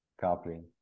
coupling